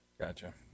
gotcha